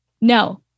No